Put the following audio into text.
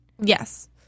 Yes